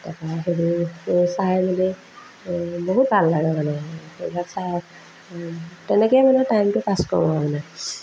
সেইবোৰ চাই মেলি বহুত ভাল লাগে মানে এইবিলাক চাই তেনেকৈয়ে মানে টাইমটো পাছ কৰোঁ আৰু মানে